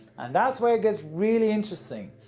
and that's where it gets really interesting.